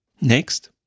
Next